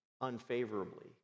unfavorably